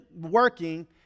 working